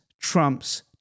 trumps